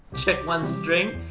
check one string,